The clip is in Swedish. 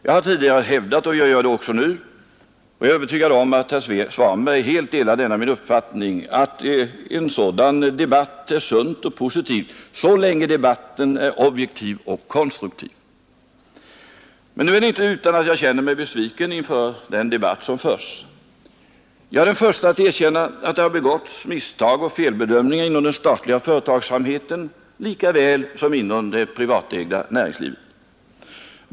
Jag har alltid hävdat och gör det även nu — jag är övertygad om att herr Svanberg också delar min uppfattning — att en sådan debatt är sund och positiv, så länge debatten är objektiv och konstruktiv. Men nu är det inte utan att jag känner mig besviken inför den debatt som förs. Jag är den förste att erkänna att det har begåtts misstag och felbedömningar inom den statliga företagsverksamheten, lika väl som inom det privatägda näringslivet.